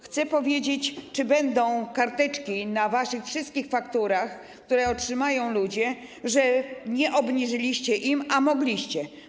Chcę powiedzieć: Czy będą karteczki na waszych wszystkich fakturach, które otrzymają ludzie, że nie obniżyliście im, a mogliście?